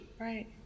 Right